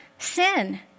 Sin